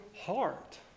heart